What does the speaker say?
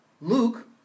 Luke